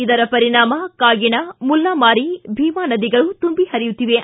ಇದರ ಪರಿಣಾಮ ಕಾಗೀಣಾ ಮುಲ್ಲಾಮಾರಿ ಭೀಮಾ ನದಿಗಳು ತುಂಬಿ ಪರಿಯುತ್ತಿವೆ